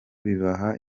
bibaha